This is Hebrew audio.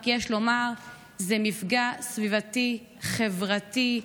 רק יש לומר שזה מפגע סביבתי, חברתי,